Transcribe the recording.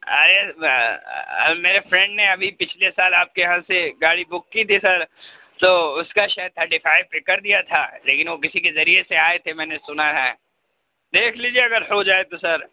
ارے میرے فرینڈ نے ابھی پچھلے سال آپ کے یہاں سے گاڑی بک کی تھی سر تو اُس کا شاید تھرٹی فائیو پہ کر دیا تھا لیکن وہ کسی کے ذریعے سے آئے تھے میں نے سُنا ہے دیکھ لیجیے اگر ہو جائے تو سر